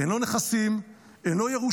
אין לו נכסים, אין לו ירושות.